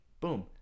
Boom